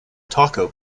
taco